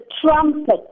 trumpet